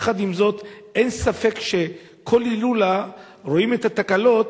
יחד עם זאת, אין ספק שכל הילולה, רואים את התקלות